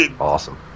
Awesome